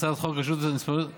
הצעת חוק רשות הספנות והנמלים,